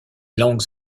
langues